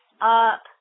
up